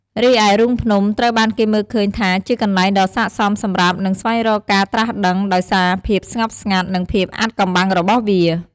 រីឯរូងភ្នំ ត្រូវបានគេមើលឃើញថាជាកន្លែងដ៏ស័ក្តិសមសម្រាប់ និង ស្វែងរកការត្រាស់ដឹង ដោយសារភាពស្ងប់ស្ងាត់ និងភាពអាថ៌កំបាំងរបស់វា។